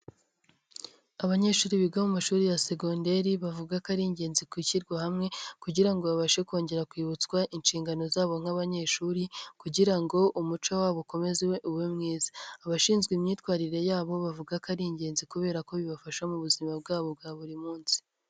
Abanyeshuri biga bo mu mashuri ya segonderi bavuga ko ari ingenzi ku ishyirwa hamwe kugira ngo babashe kongera kwibutswa inshingano zabo nk'abanyeshuri, kugira ngo umuco wabo ukomeze ube mwiza abashinzwe imyitwarire yabo bavuga ko ari ingenzi kubera ko bibafasha mu buzima bwabo bwa buri munsi.